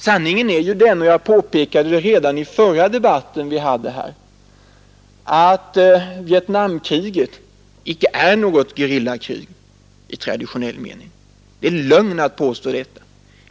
Sanningen är, som jag redan påpekade under den förra Vietnamdebatten här, att Vietnamkriget icke längre är något gerillakrig i traditionell mening. Det vore lögn att påstå det.